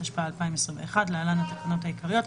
התשפ״א-2021 (להלן - התקנות העיקריות),